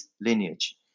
lineage